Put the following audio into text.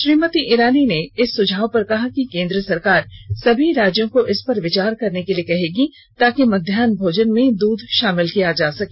श्रीमती ईरानी ने इस सुझाव पर कहा कि केंद्र सरकार सभी राज्यों को इस पर विचार करने के लिए कहेगी ताकि मध्याह भोजन में दूध शामिल किया जा सके